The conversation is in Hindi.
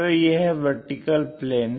तो यह वर्टिकल प्लेन है